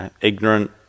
ignorant